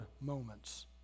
moments